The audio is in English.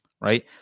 Right